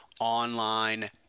Online